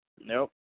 Nope